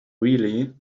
really